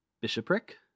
bishopric